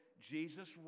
jesus